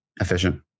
efficient